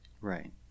Right